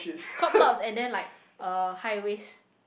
crop tops and then like uh high waist